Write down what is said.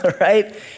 Right